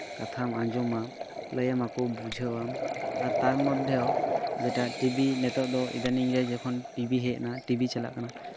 ᱠᱟᱛᱷᱟᱢ ᱟᱸᱡᱚᱢᱟ ᱞᱟᱹᱭᱟᱢᱟ ᱠᱚ ᱵᱩᱡᱷᱟᱹᱣᱟᱢ ᱟᱨ ᱛᱟᱨ ᱢᱚᱫᱽᱫᱷᱮᱣᱳ ᱡᱮᱴᱟ ᱴᱤᱵᱤ ᱱᱤᱛᱳᱜ ᱫᱚ ᱤᱫᱟᱱᱤᱝ ᱨᱮ ᱡᱚᱠᱷᱚᱱ ᱴᱤᱵᱤ ᱦᱮᱡᱱᱟ ᱴᱤᱵᱤ ᱪᱟᱞᱟᱜ ᱠᱟᱱᱟ